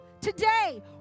Today